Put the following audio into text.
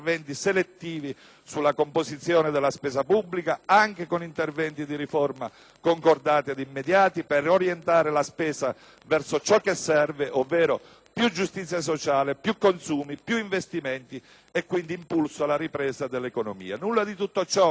sulla composizione della spesa pubblica anche con interventi di riforma concordati ed immediati, per orientare la spesa verso ciò che serve, ovvero più giustizia sociale, più consumi, più investimenti e quindi impulso alla ripresa dell'economia. Nulla di tutto ciò viene